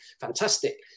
fantastic